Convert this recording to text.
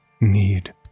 need